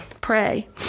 pray